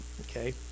okay